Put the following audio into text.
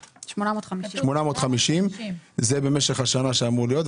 850 זה במשך השנה שזה אמור להיות,